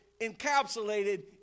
encapsulated